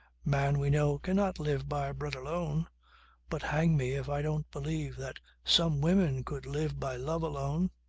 man, we know, cannot live by bread alone but hang me if i don't believe that some women could live by love alone.